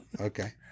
Okay